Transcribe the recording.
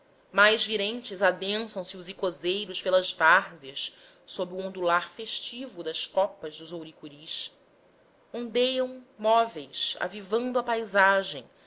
mais virentes adensam se os icozeiros pelas várzeas sob o ondular festivo das copas dos ouricuris ondeiam móveis avivando a paisagem